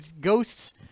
Ghosts